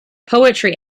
poetry